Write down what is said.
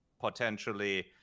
potentially